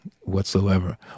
whatsoever